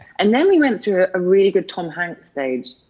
and then we went through a really good tom hanks' stage,